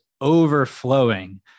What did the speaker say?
overflowing